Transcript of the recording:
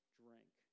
drink